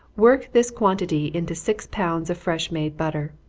work this quantity into six pounds of fresh-made butter.